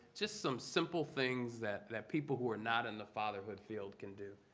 just some simple things that that people who are not in the fatherhood field can do?